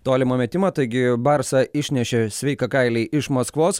tolimą metimą taigi barsa išnešė sveiką kailį iš maskvos